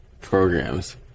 programs